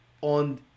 on